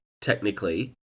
technically